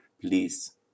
Please